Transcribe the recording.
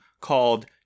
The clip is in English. called